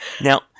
Now